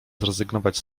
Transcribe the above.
zrezygnować